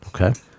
Okay